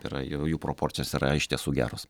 yra jau jų proporcijas yra iš tiesų geros